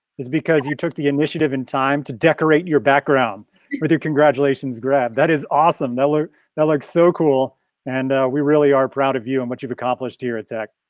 is because you took the initiative in time to decorate your background with your congratulations grad. that is awesome, that looks so cool and we really are proud of you and what you've accomplished here tech.